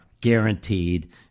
guaranteed